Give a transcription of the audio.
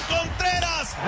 Contreras